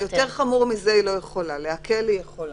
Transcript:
כן, יותר חמור מזה היא לא יכולה, להקל היא יכולה.